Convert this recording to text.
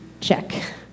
check